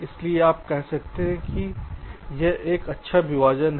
इसलिए हम कह सकते हैं कि यह एक अच्छा विभाजन है